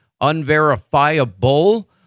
unverifiable